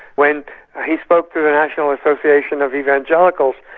when he spoke to the national association of evangelicals,